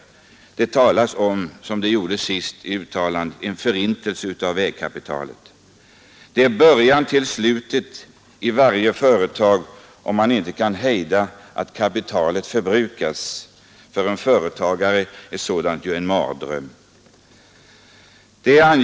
Det talas om en ”förintelse av det befintliga vägkapitalet”. Det är början till slutet i varje företag om man inte kan hejda att kapitalet förbrukas. För en företagare är sådant en mardröm.